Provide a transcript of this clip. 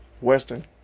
Western